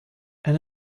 and